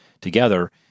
together